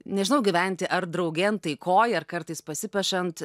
nežinau gyventi ar draugėn taikoj ar kartais pasipešant